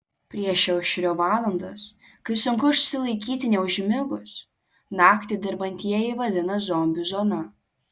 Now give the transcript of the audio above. priešaušrio valandas kai sunku išsilaikyti neužmigus naktį dirbantieji vadina zombių zona